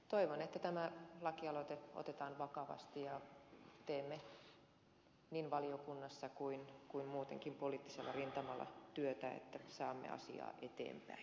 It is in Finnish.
toivon että tämä lakialoite otetaan vakavasti ja teemme niin valiokunnassa kuin muutenkin poliittisella rintamalla työtä että saamme asiaa eteenpäin